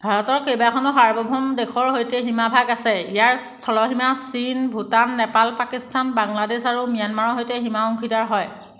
ভাৰতৰ কেইবাখনো সাৰ্বভৌম দেশৰ সৈতে সীমা ভাগ আছে ইয়াৰ স্থল সীমা চীন ভূটান নেপাল পাকিস্তান বাংলাদেশ আৰু ম্যানমাৰৰ সৈতে সীমা অংশীদাৰ হয়